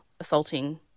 assaulting